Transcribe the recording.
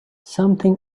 something